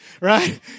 right